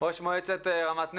ראש מועצת רמת נגב,